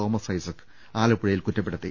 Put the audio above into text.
Thomas Isaac ആലപ്പുഴയിൽ കുറ്റപ്പെടുത്തി